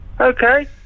Okay